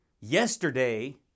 yesterday